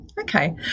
okay